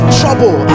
trouble